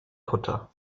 kutter